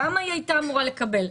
כמה היא הייתה אמורה לקבל,